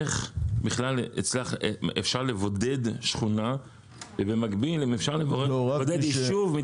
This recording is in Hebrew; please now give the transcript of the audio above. איך בכלל אפשר לבודד שכונה ובמקביל אם אפשר לבודד יישוב.